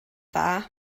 dda